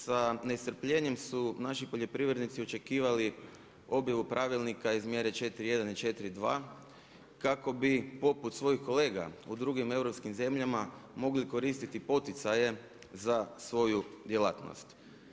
Sa nestrpljenjem su naši poljoprivrednici očekivali obilu pravilnika iz mjere 4.1. i 4.2., kako bi poput svojih kolega u drugim europskim zemljama mogli koristiti poticaje za svoju djelatnost.